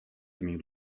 tymi